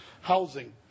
housing